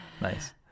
Nice